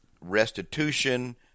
restitution